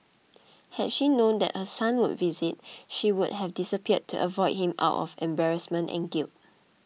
had she known that her son would visit she would have disappeared to avoid him out of embarrassment and guilt